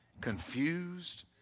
confused